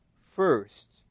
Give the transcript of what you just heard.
first